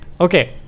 Okay